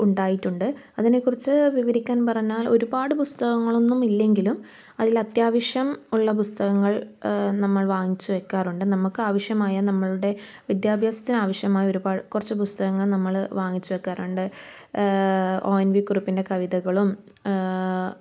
ഉണ്ടായിട്ടുണ്ട് അതിനെക്കുറിച്ച് വിവരിക്കാൻ പറഞ്ഞാൽ ഒരുപാട് പുസ്തകങ്ങൾ ഒന്നുമില്ലെങ്കിലും അതിലത്യാവശ്യം ഉള്ള പുസ്തകങ്ങൾ നമ്മൾ വാങ്ങിച്ചു വെക്കാറുണ്ട് നമുക്ക് ആവശ്യമായ നമ്മളുടെ വിദ്യാഭ്യാസത്തിനാവശ്യമായ ഒരുപാട് കുറച്ച് പുസ്തകങ്ങൾ നമ്മൾ വാങ്ങിച്ചു വെക്കാറുണ്ട് ഒ എൻ വി കുറുപ്പിൻ്റെ കവിതകളും